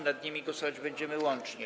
Nad nimi głosować będziemy łącznie.